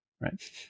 right